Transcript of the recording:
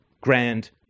grand